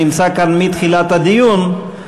שנמצא כאן מתחילת הדיון,